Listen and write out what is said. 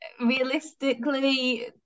realistically